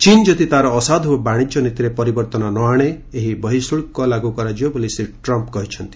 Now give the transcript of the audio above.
ଚୀନ୍ ଯଦି ତା'ର ଅସାଧୁ ବାଣିଜ୍ୟ ନୀତିରେ ପରିବର୍ତ୍ତନ ନ ଆଣେ ଏହି ବହିଃଶୁଳ୍କ ଲାଗୁ କରାଯିବ ବୋଲି ଶ୍ରୀ ଟ୍ରମ୍ କହିଛନ୍ତି